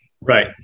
Right